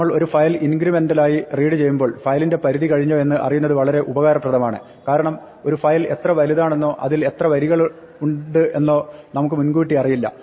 നമ്മൾ ഒരു ഫയൽ ഇൻക്രിമെന്റലായി റീഡ് ചെയ്യുമ്പോൾ ഫയലിന്റെ പരിധി കഴിഞ്ഞോ എന്ന് അറിയുന്നത് വളരെ ഉപകാരപ്രദമാണ് കാരണം ഒരു ഫയൽ എത്ര വലുതാണെന്നോ അതിൽ എത്ര വരികളുണ്ട് എന്നോ നമുക്ക് മുൻകൂട്ടി അറിയില്ല